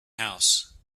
house